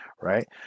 right